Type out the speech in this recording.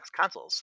consoles